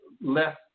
Less